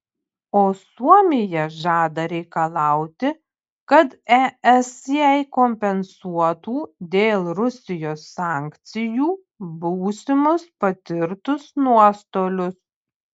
o suomija žada reikalauti kad es jai kompensuotų dėl rusijos sankcijų būsimus patirtus nuostolius